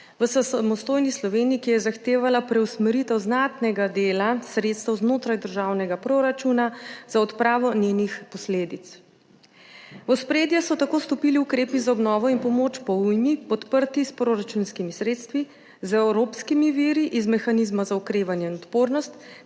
v samostojni Sloveniji, ki je zahtevala preusmeritev znatnega dela sredstev znotraj državnega proračuna za odpravo njenih posledic. V ospredje so tako stopili ukrepi za obnovo in pomoč po ujmi, podprti s proračunskimi sredstvi, z evropskimi viri iz Mehanizma za okrevanje in odpornost